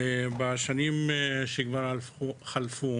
בשנים שחלפו.